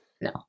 No